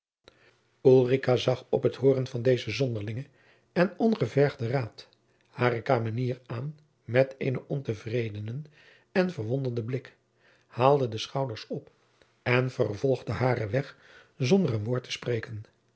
zag op het hooren van dezen zonderlingen en ongevergden raad hare kamenier aan met eenen ontevredenen en verwonderden blik haalde de schouders op en vervolgde haren weg zonder een woord te spreken